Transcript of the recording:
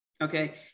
Okay